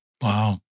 Wow